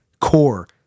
core